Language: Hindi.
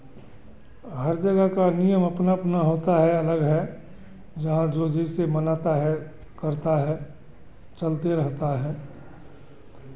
हर जगह का नियम अपना अपना होता है अलग है जहाँ जो जिसे मनाता है करता है चलते रहता है